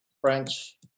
French